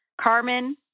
Carmen